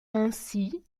ainsi